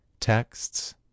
texts